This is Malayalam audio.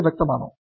ഇത് വ്യക്തമാണോ